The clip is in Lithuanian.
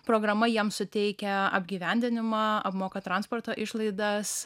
programa jiems suteikia apgyvendinimą apmoka transporto išlaidas